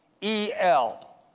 E-L